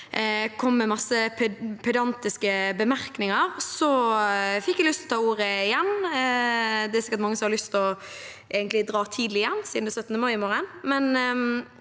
stedet kom med mange pedantiske bemerkninger, fikk jeg lyst til å ta ordet igjen. Det er sikkert mange som har lyst til å dra tidlig hjem siden det er 17. mai i morgen,